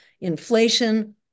Inflation